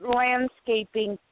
landscaping